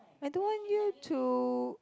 I don't want you to